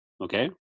okay